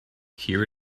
here